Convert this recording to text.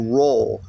role